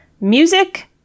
Music